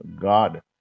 God